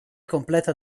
completa